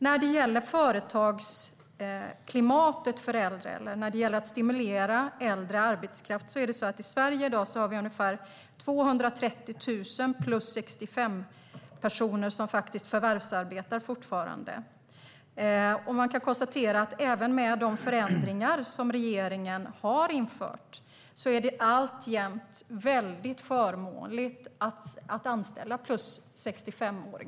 När det gäller företagsklimatet för äldre eller att stimulera äldre arbetskraft är det så att vi i Sverige i dag har ungefär 230 000 personer som är 65-plus och fortfarande förvärvsarbetar. Man kan konstatera att det även med de förändringar regeringen har infört alltjämt är väldigt förmånligt att anställa människor som är 65-plus.